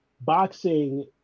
boxing